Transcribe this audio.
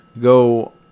go